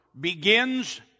begins